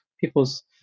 people's